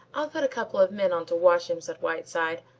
i'll put a couple of men on to watch him, said whiteside,